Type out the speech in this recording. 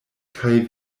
kaj